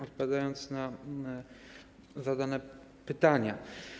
Odpowiadam na zadane pytania.